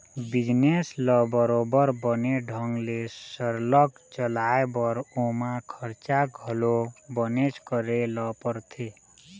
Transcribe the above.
business ल बरोबर बने ढंग ले सरलग चलाय बर ओमा खरचा घलो बनेच करे ल परथे